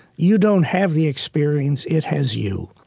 you don't have the experience, it has you.